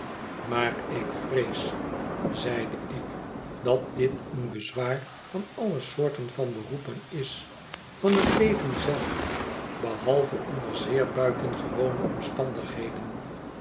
maar ik vrees zeide ik dat dit een bezwaar van alle soorten van beroepen is van het leven zelf behalve onder zeer buitengewone omstandigheden